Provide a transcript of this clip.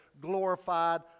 glorified